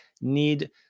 need